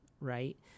right